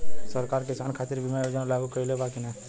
सरकार किसान खातिर बीमा योजना लागू कईले बा की ना?